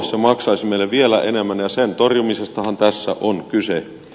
se maksaisi meille vielä enemmän ja sen torjumisestahan tässä on kyse